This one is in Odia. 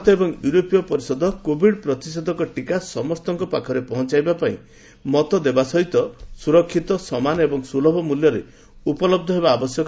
ଭାରତ ଏବଂ ୟୁରୋପୀୟ ପରିଷଦ କୋଭିଡ ପ୍ରତିଷେଧକ ଟିକା ସମସ୍ତଙ୍କ ପାଖରେ ପହଞ୍ଚାଇବା ପାଇଁ ମତ ଦେଇଦେବା ସହ ସୁରକ୍ଷିତ ସମାନ ଏବଂ ସୁଲଭ ମୂଲ୍ୟରେ ଉପଲବ୍ଧ ହେବା ଆବଶ୍ୟକ